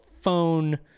phone